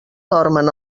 dormen